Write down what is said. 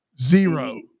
zero